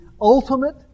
ultimate